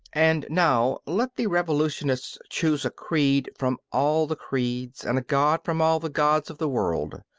and now let the revolutionists choose a creed from all the creeds and a god from all the gods of the world,